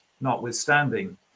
notwithstanding